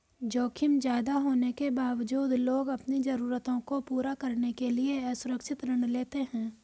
जोखिम ज्यादा होने के बावजूद लोग अपनी जरूरतों को पूरा करने के लिए असुरक्षित ऋण लेते हैं